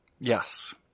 Yes